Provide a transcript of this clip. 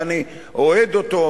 ואני אוהד אותו,